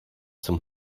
zum